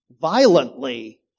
violently